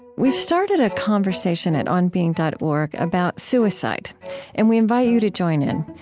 we've started a conversation at onbeing dot org about suicide and we invite you to join in.